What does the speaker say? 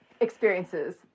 experiences